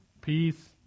Peace